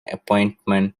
appointment